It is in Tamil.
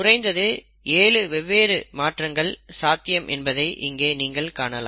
குறைந்தது 7 வெவ்வேறு மாற்றங்கள் சாத்தியம் என்பதை இங்கே நீங்கள் காணலாம்